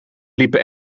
liepen